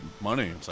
money